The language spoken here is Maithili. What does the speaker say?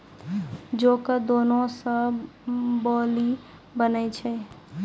जौ कॅ दाना सॅ बार्ली बनै छै